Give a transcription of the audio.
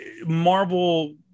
Marvel